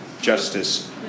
justice